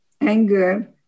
anger